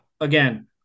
again